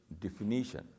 definition